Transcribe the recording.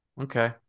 Okay